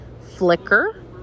flicker